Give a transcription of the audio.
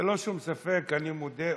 ללא שום ספק, אני מודה ומתוודה,